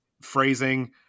phrasing